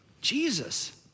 Jesus